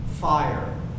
fire